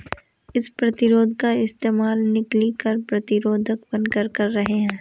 कर प्रतिरोध का इस्तेमाल नकली कर प्रतिरोधक बनकर कर रहे हैं